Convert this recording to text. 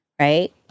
right